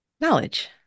knowledge